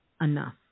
enough